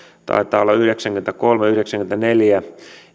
taitaa olla yhdeksänkymmentäkolme viiva yhdeksänkymmentäneljä